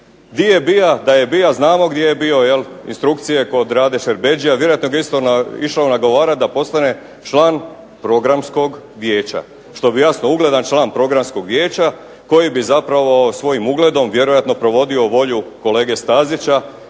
Di je bija da je bija, znamo gdje je bio jel, instrukcije kod Rade Šerbedžije, a vjerojatno ga je isto išao nagovarati da postane član programskog vijeća, što bi jasno ugledan član programskog vijeća koji bi zapravo svojim ugledom vjerojatno provodio volju kolege Stazića.